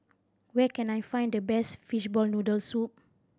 where can I find the best fishball noodle soup